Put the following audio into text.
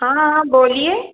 हाँ हाँ हाँ बोलिए